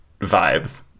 vibes